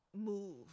move